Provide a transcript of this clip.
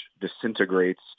disintegrates